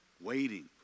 Waiting